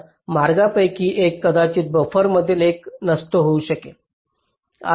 तर मार्गांपैकी एक कदाचित बफरमधील एक नष्ट होऊ शकेल